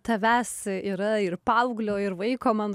tavęs yra ir paauglio ir vaiko man